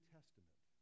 Testament